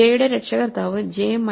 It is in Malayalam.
j യുടെ രക്ഷകർത്താവ് j മൈനസ് 1 ബൈ 2 ആണ്